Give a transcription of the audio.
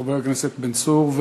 חבר הכנסת בן צור.